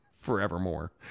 forevermore